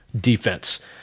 defense